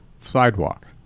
sidewalk